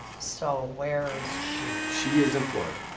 so, where's she? she is in florida.